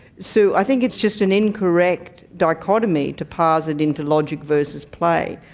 so i think it's just an incorrect dichotomy to parse it into logic versus play.